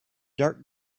dirt